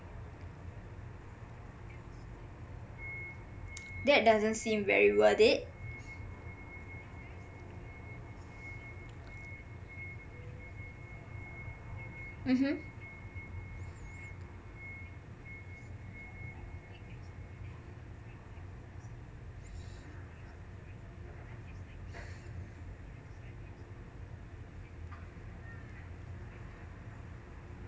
that doesn't seem very worth it mmhmm